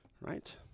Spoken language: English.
right